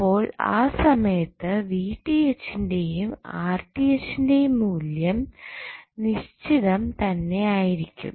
അപ്പോൾ ആ സമയത്തു ന്റെയും ന്റെയും മൂല്യം നിശ്ചിതം തന്നെ ആയിരിക്കും